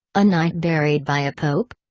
a knight buried by a pope?